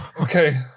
Okay